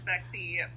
sexy